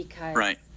Right